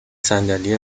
صندلی